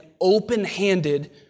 open-handed